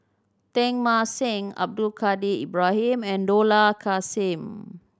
Teng Mah Seng Abdul Kadir Ibrahim and Dollah Kassim